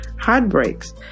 heartbreaks